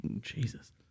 Jesus